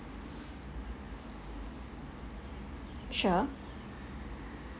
sure